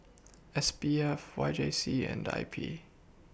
S P F Y J C and I P